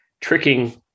tricking